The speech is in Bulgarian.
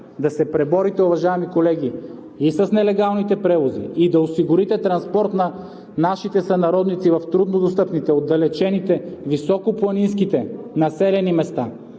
да се преборите, уважаеми колеги, и с нелегалните превози, и да осигурите транспорт на нашите сънародници в труднодостъпните, отдалечените, високопланинските населени места,